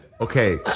Okay